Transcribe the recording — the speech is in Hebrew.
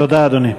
תודה, אדוני.